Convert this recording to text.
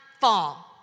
fall